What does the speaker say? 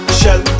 shell